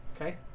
Okay